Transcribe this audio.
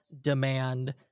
demand